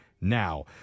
now